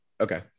Okay